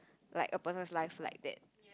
like a person's life like that